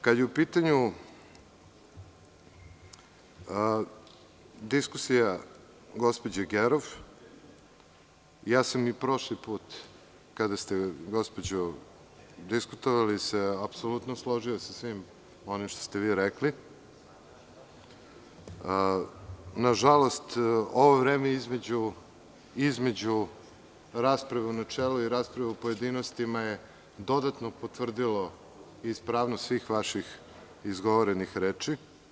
Kada je u pitanju diskusija gospođe Gerov, ja sam i prošli put kada ste gospođo diskutovali, apsolutno se složio sa svim onim što ste vi rekli, ali na žalost, ovo vreme između rasprave u načelu i rasprave u pojedinostima je dodatno potvrdilo ispravnost svih vaših izgovorenih reči.